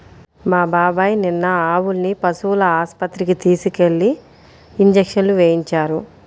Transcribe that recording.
మా బాబాయ్ నిన్న ఆవుల్ని పశువుల ఆస్పత్రికి తీసుకెళ్ళి ఇంజక్షన్లు వేయించారు